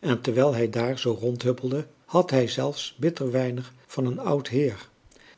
en terwijl hij daar zoo rondhuppelde had hij zelfs bitter weinig van een oud heer